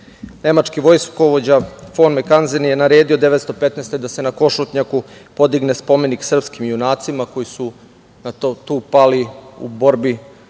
Nemački vojskovođa Fon Mekanzev je naredio 1915. godine da se na Košutnjaku podigne spomenik srpskim junacima koji su tu pali u borbi